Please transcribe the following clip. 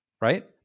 right